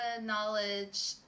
knowledge